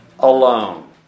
Alone